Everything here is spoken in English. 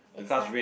it's the